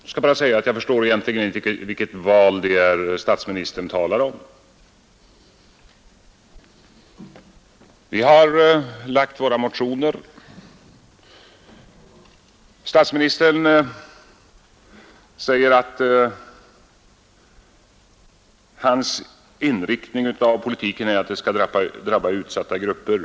Fru talman! Jag skall bara säga att jag förstår egentligen inte vilket val det är statsministern talar om, Vi har lagt våra motioner. Statsministern säger att hans inriktning av politiken är att den bara skall inriktas på utsatta grupper.